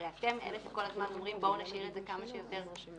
הרי אתם אלה שכל הזמן אומרים בואו נשאיר את זה כמה שיותר פתוח,